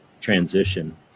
transition